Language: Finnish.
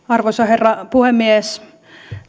arvoisa herra puhemies